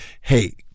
Hey